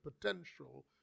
potential